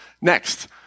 next